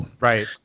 right